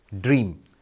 dream